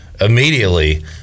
immediately